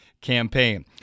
campaign